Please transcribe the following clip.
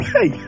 Hey